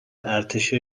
ارتش